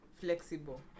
flexible